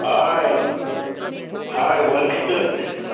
हय हय वर्क